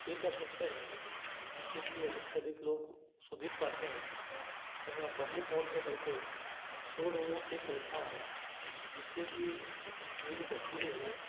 tag कर सकते हैं जिससे कि अधिक से अधिक लोग उसको देख पाते हैं तो मैं पब्लिक मोड पर करके सौ लोगों को टेग करता हूँ जिससे कि मेरी जो तस्वीरे हैं